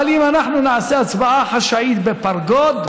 אבל אם אנחנו נעשה הצבעה חשאית בפרגוד,